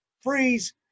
freeze